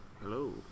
Hello